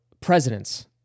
presidents